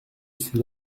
suis